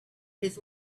his